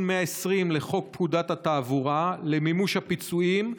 120 לחוק פקודת התעבורה למימוש הפיצויים,